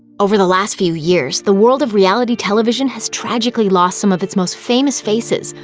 over the last few years, the world of reality television has tragically lost some of its most famous faces.